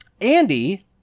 Andy